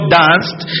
danced